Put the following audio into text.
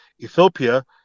Ethiopia